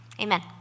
amen